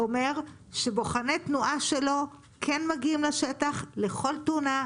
אומר שבוחני תנועה שלו כן מגיעים לשטח לכל תאונה,